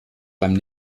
beim